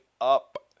up